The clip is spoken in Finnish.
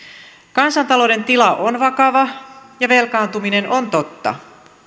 kansantalouden tila on vakava ja velkaantuminen on totta